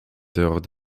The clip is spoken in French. dehors